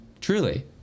truly